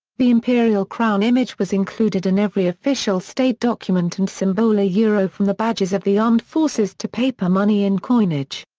the imperial crown image was included in every official state document and symbol ah yeah from the badges of the armed forces to paper money and coinage.